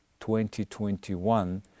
2021